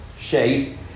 shape